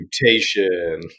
mutation